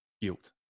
guilt